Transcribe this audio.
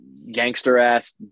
gangster-ass